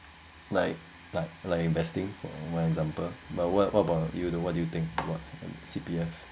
like like like investing for my example but what what about you what do you think about uh C_P_F